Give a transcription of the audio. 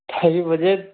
ढाई बजे